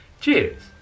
cheers